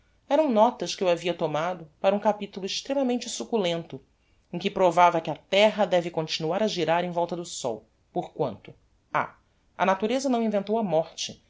eram notas que eu havia tomado para um capitulo extremamente succulento em que provava que a terra deve continuar a girar em volta do sol porquanto a a natureza não inventou a morte